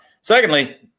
secondly